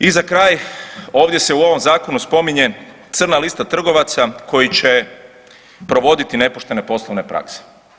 I za kraj ovdje se u ovom zakonu spominje crna lista trgovaca koji će provoditi nepoštene poslovne prakse.